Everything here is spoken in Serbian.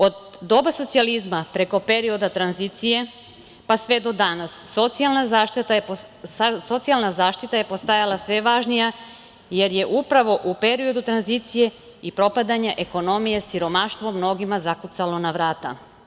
Od doba socijalizma preko perioda tranzicije, pa sve do danas socijalna zaštita je postajala sve važnija, jer je upravo u periodu tranzicije i propadanja ekonomije siromaštvo mnogima zakucalo na vrata.